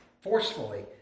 forcefully